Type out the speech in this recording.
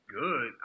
good